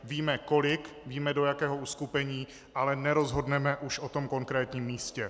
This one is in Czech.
Víme kolik, víme do jakého uskupení, ale nerozhodneme už o tom konkrétním místě.